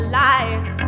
life